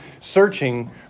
searching